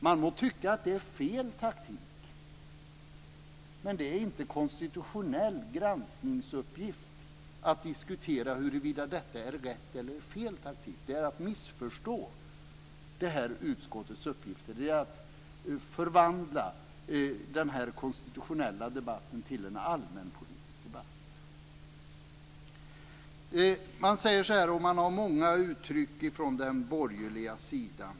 Man må tycka att det är fel taktik, men det är inte en konstitutionell granskningsuppgift att diskutera huruvida detta är rätt eller fel taktik. Det är att missförstå utskottets uppgifter. Det är att förvandla den här konstitutionella debatten till en allmänpolitisk debatt. Man har många uttryck från den borgerliga sidan.